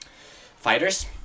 Fighters